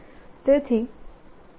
A થશે